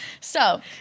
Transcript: So-